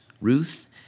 Ruth